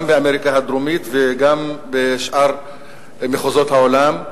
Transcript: גם באמריקה הדרומית וגם בשאר מחוזות העולם.